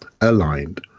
aligned